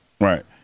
Right